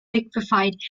liquefied